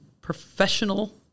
professional